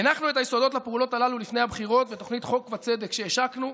הנחנו את היסודות לפעולות הללו לפני הבחירות בתוכנית "חוק וצדק" שהשקנו,